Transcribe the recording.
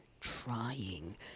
trying